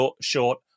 short